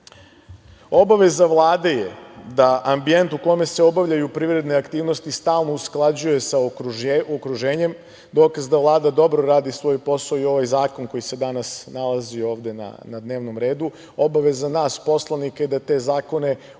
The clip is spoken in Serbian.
Vlade je da ambijent u kome se obavljaju privredne aktivnosti stalno usklađuje sa okruženjem. Dokaz da Vlada dobro radi svoj posao je i ovaj zakon koji se danas nalazi ovde na dnevnom redu. Obaveza nas poslanika je da te zakone